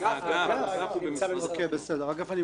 מקבל.